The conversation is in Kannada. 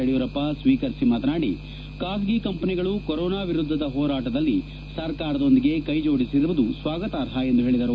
ಯಡಿಯೂರಪ್ಪ ಸ್ವೀಕರಿಸಿ ಮಾತನಾಡಿ ಖಾಸಗಿ ಕಂಪನಿಗಳು ಕೊರೊನಾ ವಿರುದ್ದದ ಹೋರಾಟದಲ್ಲಿ ಸರ್ಕಾರದೊಂದಿಗೆ ಕೈಜೋಡಿಸಿರುವುದು ಸ್ವಾಗತಾರ್ಹ ಎಂದು ಹೇಳಿದರು